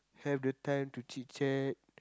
have the time to chit chat